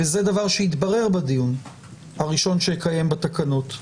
וזה דבר שיתברר בדיון הראשון שאקיים בתקנות,